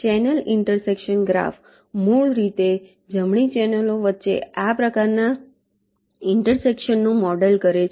channel intersection graph મૂળભૂત રીતે જમણી ચેનલો વચ્ચે આ પ્રકારના ઈન્ટરસેક્શનનું મોડેલ કરે છે